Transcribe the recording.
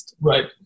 right